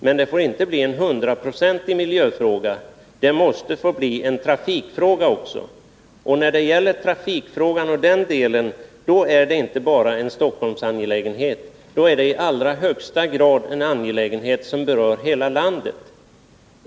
Men det får inte bli en miljöfråga till 100 76, det måste också få bli en trafikfråga. När det gäller trafikdelen är det inte bara en Stockholmsangelägenhet utan i allra högsta grad en angelägenhet som berör hela landet.